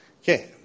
Okay